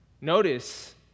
Notice